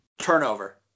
Turnover